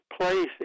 place